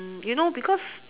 you know because